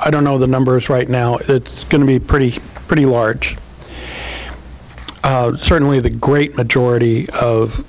i don't know the numbers right now it's going to be pretty pretty large certainly the great majority of